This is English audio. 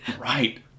Right